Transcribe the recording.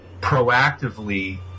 proactively